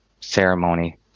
ceremony